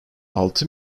altı